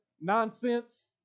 nonsense